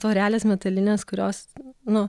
tvorelės metalinės kurios nu